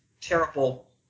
terrible